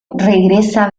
regresa